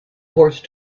horse